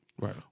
Right